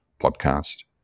podcast